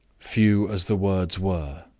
few as the words were,